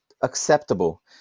acceptable